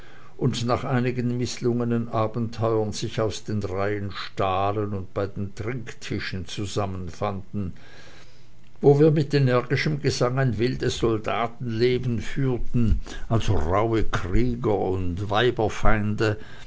und nach einigen mißlungenen abenteuern sich aus den reihen stahlen und bei den trinktischen zusammenfanden wo wir mit energischem gesang ein wildes soldatenleben führten als rauhe krieger und